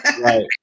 Right